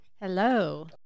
Hello